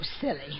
silly